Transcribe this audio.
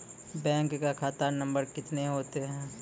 Bank का खाता number कितने होते हैं?